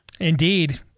Indeed